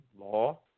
law